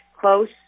close